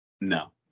No